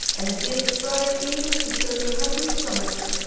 and a bit of fried eel, to fill your hungry stomachs.